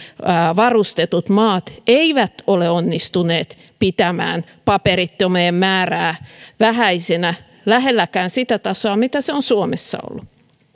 varustetut maat eivät ole onnistuneet pitämään paperittomien määrää vähäisenä lähelläkään sitä tasoa mitä se on suomessa ollut